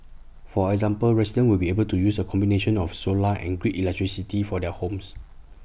for example residents will be able to use A combination of solar and grid electricity for their homes